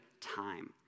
time